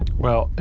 well,